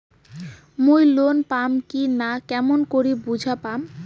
মুই লোন পাম কি না কেমন করি বুঝা পাম?